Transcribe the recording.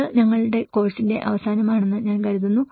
അത് ഞങ്ങളുടെ കോഴ്സിന്റെ അവസാനമാണെന്ന് ഞാൻ കരുതുന്നു